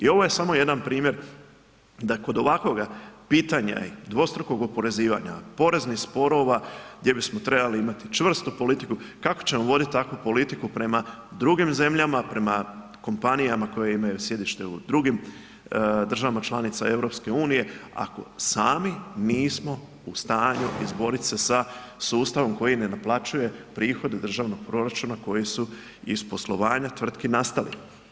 I ovo je samo jedan primjer da kod ovakvoga pitanja i dvostrukog oporezivanja, poreznih sporova gdje bismo trebali imati čvrstu politiku, kako ćemo voditi takvu politiku prema drugim zemljama, prema kompanijama koje imaju sjedište u drugim državama članicama EU ako sami nismo u stanju izborit se sa sustavom koji ne naplaćuje prihod od državnog proračuna koji su iz poslovanja tvrtki nastali.